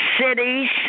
cities